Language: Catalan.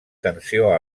tensió